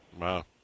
Wow